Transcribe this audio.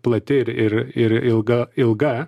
plati ir ir ir ilga ilga